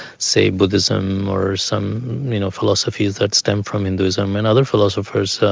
say, buddhism or some you know philosophies that stem from hinduism, and other philosophers,